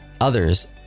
others